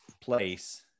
place